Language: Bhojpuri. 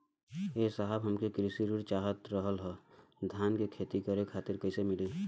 ए साहब हमके कृषि ऋण चाहत रहल ह धान क खेती करे खातिर कईसे मीली?